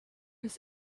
his